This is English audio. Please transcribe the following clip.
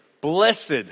Blessed